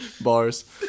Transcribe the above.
Bars